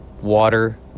water